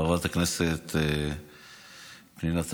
חברת הכנסת פנינה תמנו,